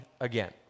again